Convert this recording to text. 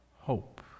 hope